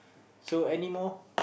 so anymore